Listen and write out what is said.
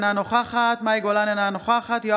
אינה נוכחת מאי גולן,